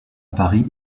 paris